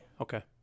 Okay